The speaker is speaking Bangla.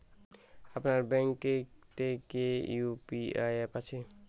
আপনার ব্যাঙ্ক এ তে কি ইউ.পি.আই অ্যাপ আছে?